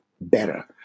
better